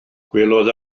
gwelodd